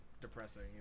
depressing